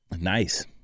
Nice